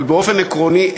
אבל באופן עקרוני,